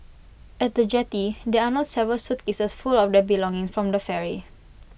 at the jetty they unload several suitcases full of their belongings from the ferry